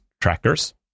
trackers